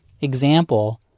example